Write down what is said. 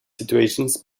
situations